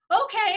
okay